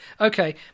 Okay